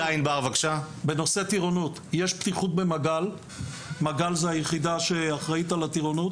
בנושא הטירונות: יש פתיחות במג"ל שהיא היחידה שאחראית על הטירונות,